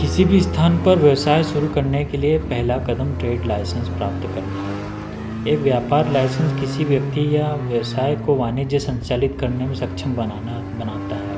किसी भी स्थान पर व्यवसाय शुरू करने के लिए पहला कदम ट्रेड लाइसेंस प्राप्त करना है एक व्यापार लाइसेंस किसी व्यक्ति या व्यवसाय को वाणिज्य संचालित करने में सक्षम बनाना बनाता है